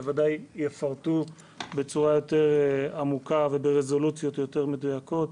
בוודאי יפרטו בצורה יותר עמוקה וברזולוציות יותר מדויקות,